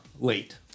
late